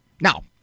Now